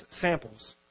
samples